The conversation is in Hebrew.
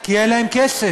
כי אין להם כסף.